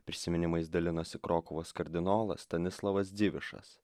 prisiminimais dalinosi krokuvos kardinolas stanislavas dzivišas